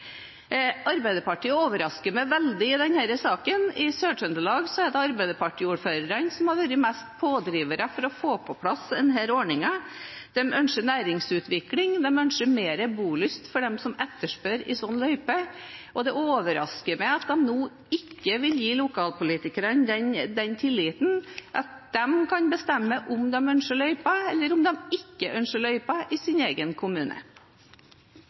Arbeiderpartiet overrasker meg veldig i denne saken. I Sør-Trøndelag er det arbeiderpartiordførerne som har vært mest pådrivere for å få på plass denne ordningen. De ønsker næringsutvikling, og de ønsker mer bolyst for dem som etterspør en sånn løype, og det overrasker meg at de nå ikke vil gi lokalpolitikerne den tilliten at de kan bestemme om de ønsker løyper eller om de ikke ønsker løyper i sin egen kommune.